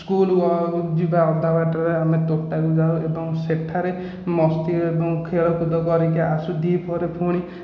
school ଯିବା ଅଧାବାଟରେ ଆମେ ତୋଟାକୁ ଯାଉ ଏବଂ ସେଠାରେ ମସ୍ତି ଏବଂ ଖେଳକୁଦ କରିକି ଆସୁ ଦ୍ୱିପହରେ ପୁଣି